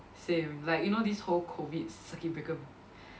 same like you know this whole COVID circuit breaker